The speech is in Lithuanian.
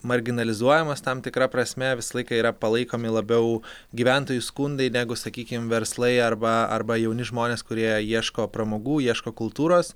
marginalizuojamas tam tikra prasme visą laiką yra palaikomi labiau gyventojų skundai negu sakykim verslai arba arba jauni žmonės kurie ieško pramogų ieško kultūros